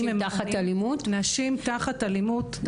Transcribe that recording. תחת אלימות.